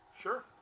Sure